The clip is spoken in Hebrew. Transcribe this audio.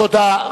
תודה.